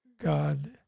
God